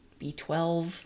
B12